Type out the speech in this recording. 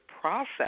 process